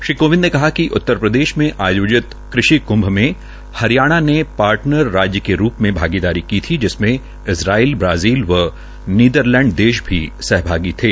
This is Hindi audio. श्री कोविंद ने कहा कि उत्तरप्रदेश मे आयोहित कृषि कुंभ मे हरियाणा ने पार्टनर राज्य के रूप मे भागीदारी की थी जिसमें ईज़राइल ब्राजील व नीदरलैंडस देश भी सहभागी थे